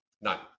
None